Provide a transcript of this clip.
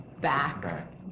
back